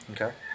okay